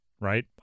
right